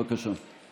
בבקשה.